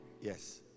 Yes